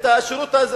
את השירות לאזרח,